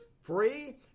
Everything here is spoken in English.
free